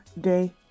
day